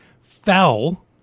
fell